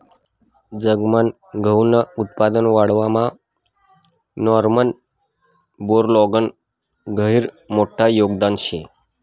जगमान गहूनं उत्पादन वाढावामा नॉर्मन बोरलॉगनं गहिरं मोठं योगदान शे